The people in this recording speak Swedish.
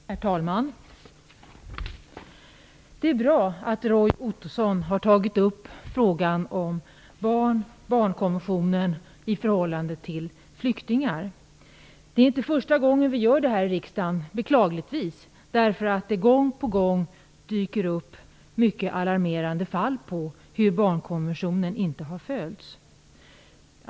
Herr talman! Det är bra att Roy Ottosson har tagit upp frågan om barnkonventionen i förhållande till flyktingar. Det är inte första gången vi debatterar den i riksdagen, beklagligtvis, därför att det gång på gång dyker upp mycket alarmerande exempel på hur barnkonventionen inte har följts.